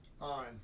on